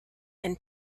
and